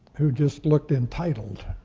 who just looked entitled,